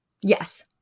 Yes